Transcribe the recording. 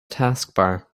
taskbar